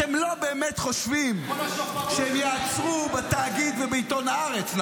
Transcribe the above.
כל השופרות שלכם.